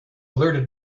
alerted